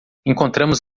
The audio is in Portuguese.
encontramos